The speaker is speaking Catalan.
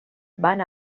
van